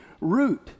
root